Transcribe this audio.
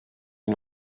sie